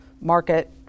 market